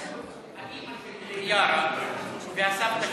האימא של יארא והסבתא